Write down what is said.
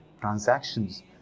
transactions